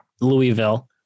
Louisville